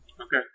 Okay